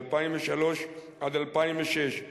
2003 2006,